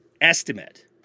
estimate